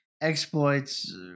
exploits